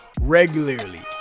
regularly